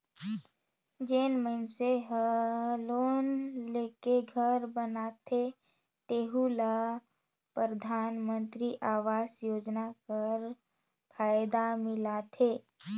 जेन मइनसे हर लोन लेके घर बनाथे तेहु ल परधानमंतरी आवास योजना कर फएदा मिलथे